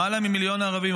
למעלה ממיליון ערבים,